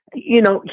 you know,